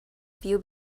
few